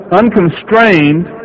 unconstrained